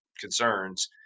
concerns